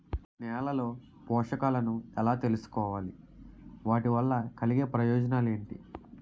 నేలలో పోషకాలను ఎలా తెలుసుకోవాలి? వాటి వల్ల కలిగే ప్రయోజనాలు ఏంటి?